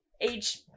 age